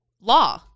law